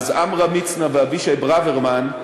אז עמרם מצנע ואבישי ברוורמן,